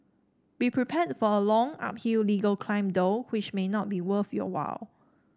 be prepared for a long uphill legal climb though which may not be worth your while